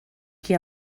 qui